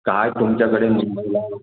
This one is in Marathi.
काय तुमच्याकडे मुंबईला